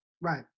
Right